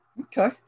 Okay